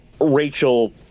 Rachel